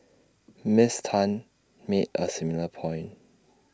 miss Tan made A similar point